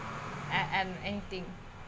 I'm I'm anything